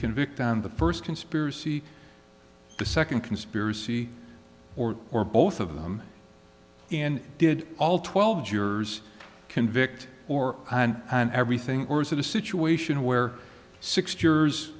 convict on the first conspiracy the second conspiracy or or both of them and did all twelve jurors convict or and and everything or is it a situation where six jurors